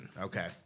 Okay